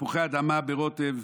תפוחי אדמה ברוטב,